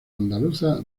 andaluza